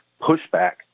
pushback